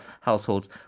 households